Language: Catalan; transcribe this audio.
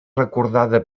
recordada